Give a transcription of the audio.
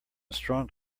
strong